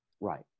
Right